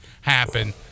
happen